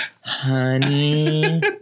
Honey